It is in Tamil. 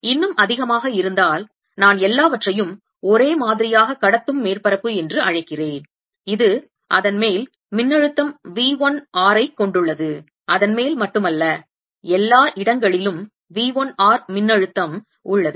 இன்னும் அதிகமாக இருந்தால் நான் எல்லாவற்றையும் ஒரே மாதிரியான கடத்தும் மேற்பரப்பு என்று அழைக்கிறேன் இது அதன்மேல் மின்னழுத்தம் V 1 r ஐ கொண்டுள்ளது அதன்மேல் மட்டுமல்ல எல்லா இடங்களிலும் V 1 r மின்னழுத்தம் உள்ளது